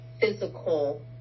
physical